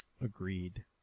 agreed